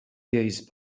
gaze